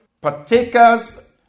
partakers